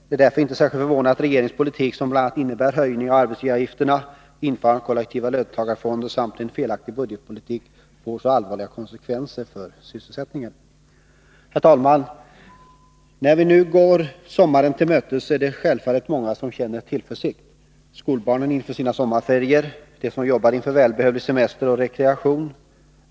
Det är därför inte särskilt förvånande att regeringens politik, som bl.a. innebär höjning av arbetsgivaravgifterna, införande av kollektiva löntagarfonder samt en felaktig budgetpolitik, får så allvarliga konsekvenser för sysselsättningen. Herr talman! När vi nu går sommaren till mötes är det självfallet många som känner tillförsikt: skolbarnen inför sina sommarferier, de som jobbar inför välbehövlig semester och rekreation.